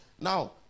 now